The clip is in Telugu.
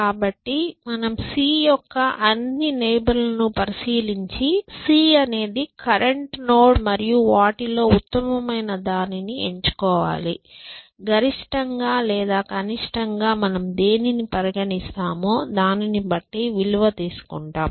కాబట్టి మనం c యొక్క అన్ని నైబర్ లను పరిశీలించి c అనేది కరెంటు నోడ్ మరియు వాటిలో ఉత్తమమైన దానిని ఎంచుకోవాలి గరిష్టంగా లేదా కనిష్టం గా మనం దేనిని పరిగణిస్తామో దానిని బట్టి విలువ తీసుకుంటాం